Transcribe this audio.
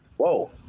Whoa